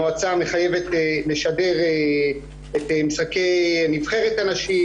המועצה מחייבת לשדר את משחקי נבחרת הנשים,